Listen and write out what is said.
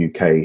UK